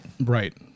Right